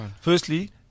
Firstly